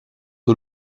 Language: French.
aux